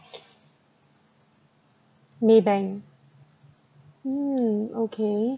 Maybank mm okay